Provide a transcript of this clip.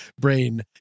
brain